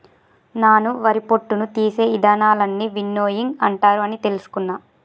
నాను వరి పొట్టును తీసే ఇదానాలన్నీ విన్నోయింగ్ అంటారు అని తెలుసుకున్న